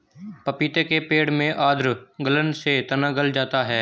पपीते के पेड़ में आद्र गलन से तना गल जाता है